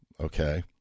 okay